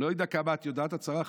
לא יודע כמה את יודעת, את שרה חדשה,